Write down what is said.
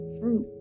fruit